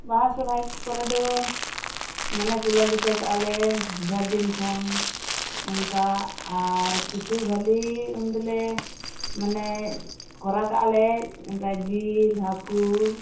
ᱵᱟᱦᱟ ᱥᱚᱨᱦᱟᱭ ᱠᱚᱨᱮ ᱫᱚ ᱢᱟᱱᱮ ᱠᱩᱞᱟᱹᱣ ᱡᱩᱴᱟᱹᱣ ᱠᱟᱜᱼᱟ ᱞᱮ ᱰᱷᱮᱨ ᱫᱤᱱ ᱠᱷᱚᱱ ᱚᱱᱠᱟ ᱟᱨ ᱠᱤᱪᱷᱩ ᱵᱷᱟᱞᱮ ᱩᱱ ᱫᱚᱞᱮ ᱢᱟᱱᱮ ᱠᱚᱨᱟᱣ ᱠᱟᱜᱼᱟ ᱞᱮ ᱚᱱᱠᱟ ᱡᱤᱞ ᱦᱟᱹᱠᱩ